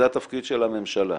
זה התפקיד של הממשלה.